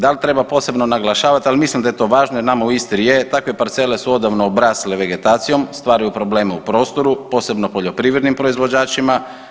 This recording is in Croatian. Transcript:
Da li treba posebno naglašavat, ali mislim da je to važno jer nama u Istri je, takve parcele su odavno obrasle vegetacijom, stvaraju probleme u prostoru posebno poljoprivrednim proizvođačima.